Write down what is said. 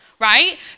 right